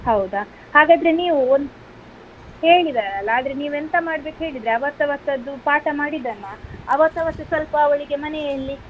ಹೌದಾ ಹಾಗಾದರೆ ನೀವು ಒನ್ ಹೇಳಿದೆ ಅಲ್ಲ ಆದರೆ ನೀವು ಎಂತ ಮಾಡ್ಬೇಕು ಹೇಳಿದರೆ ಅವತ್ತು ಅವತ್ತದ್ದು ಪಾಠ ಮಾಡಿದ್ದನ್ನು ಅವತ್ತು ಅವತ್ತೇ ಸ್ವಲ್ಪ ಅವಳಿಗೆ ಮನೆಯಲ್ಲಿ